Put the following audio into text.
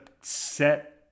set